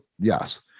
Yes